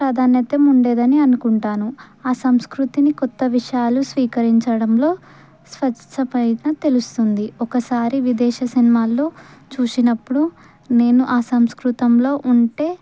ప్రాధాన్యత ఉండేదని అనుకుంటాను ఆ సంస్కృతిని కొత్త విషయాలు స్వీకరించడంలో స్వచ్ఛత పైన తెలుస్తుంది ఒకసారి విదేశి సినిమాల్లో చూసినప్పుడు నేను ఆ సంస్కృతంలో ఉంటే